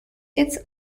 its